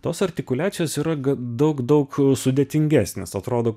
tos artikuliacijos yra ga daug daug sudėtingesnės atrodo